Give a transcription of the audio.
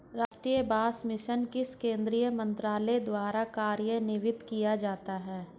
राष्ट्रीय बांस मिशन किस केंद्रीय मंत्रालय द्वारा कार्यान्वित किया जाता है?